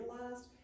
realized